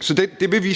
Så det ændringsforslag vil vi